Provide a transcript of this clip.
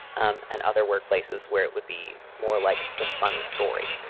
um and other workplaces where it would be more like the funny story,